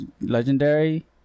Legendary